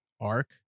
arc